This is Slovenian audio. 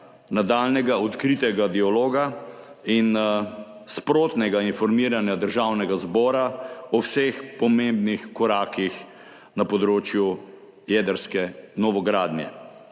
nadaljnjega odkritega dialoga in sprotnega informiranja Državnega zbora o vseh pomembnih korakih na področju jedrske novogradnje.